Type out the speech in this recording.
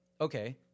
okay